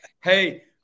Hey